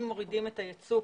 אם מורידים את היצוא,